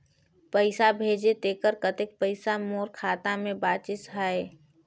पइसा भेजे तेकर कतेक पइसा मोर खाता मे बाचिस आहाय?